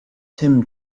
tim